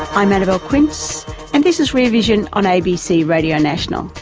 i'm annabelle quince and this is rear vision on abc radio national.